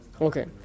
Okay